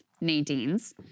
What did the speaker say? Nadine's